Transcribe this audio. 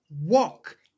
walk